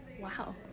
Wow